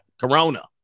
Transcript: Corona